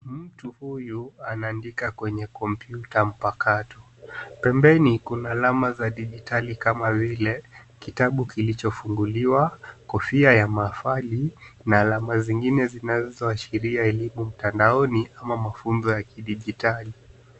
Mtu huyu anaandika kwenye kompyuta mpakato. Pembeni kuna alama za dijitali kama vile kitabu kilichofunguliwa, kofia ya mahafali na alama zingine zinazoashiria elimu mtandaoni ama mafunzo ya kidijitali.